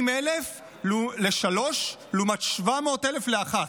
50,000 לשלוש לעומת 700,000 לאחת.